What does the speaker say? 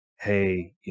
hey